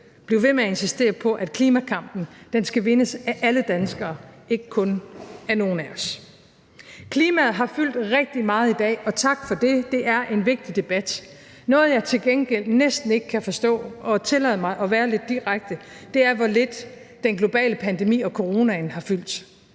blive ved med at insistere på, at klimakampen skal vindes af alle danskere – ikke kun af nogle af os. Klimaet har fyldt rigtig meget i dag, og tak for det. Det er en vigtig debat. Noget, jeg til gengæld næsten ikke kan forstå, og tillad mig at være lidt direkte, er, hvor lidt den globale pandemi og coronaen har fyldt.